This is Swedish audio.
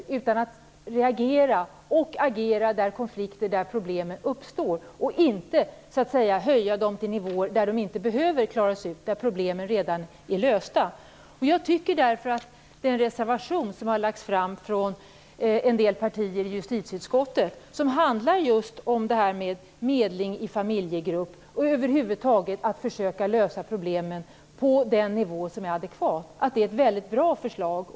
I stället måste man reagera och agera där konflikter och problem uppstår, inte höja dem till nivåer där de inte behöver klaras ut, där problemen redan är lösta. Jag tycker att förslaget i den reservation som handlar om medling i familjegrupp och om att över huvud taget försöka lösa problemen på den nivå som är adekvat är väldigt bra.